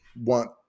want